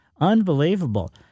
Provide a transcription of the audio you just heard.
Unbelievable